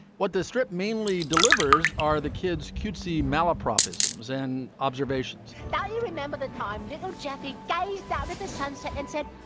what the strip mainly delivers are the kids cutesy malapropisms and observations yeah you remember the time ah jeffie jeffie started the sunset and said,